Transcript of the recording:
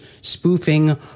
spoofing